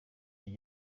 icyo